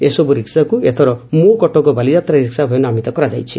ଏସବୁ ରିକ୍କାକୁ ଏଥର ମୋ କଟକ ବାଲିଯାତ୍ରା ରିକ୍କା ଭାବେ ନାମିତ କରାଯାଇଛି